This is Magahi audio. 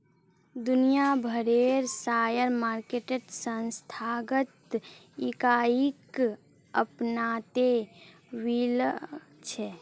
दुनिया भरेर शेयर मार्केट संस्थागत इकाईक अपनाते वॉल्छे